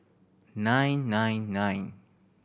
nine nine nine